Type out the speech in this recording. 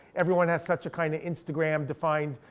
everyone has such a kind of instagram defined